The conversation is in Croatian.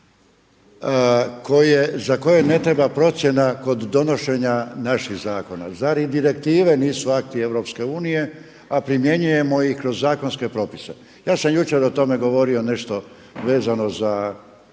za koje ne treba procjena kod donošenja naših zakona? Zar i direktive nisu akti EU, a primjenjujemo ih kroz zakonske propise? Ja sam jučer o tome govorio nešto vezano za